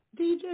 DJ